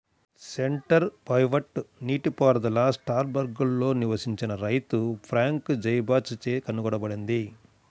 centre pivot నీటిపారుదల స్ట్రాస్బర్గ్లో నివసించిన రైతు ఫ్రాంక్ జైబాచ్ చే కనుగొనబడింది